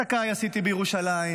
את עסקיי עשיתי בירושלים,